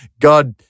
God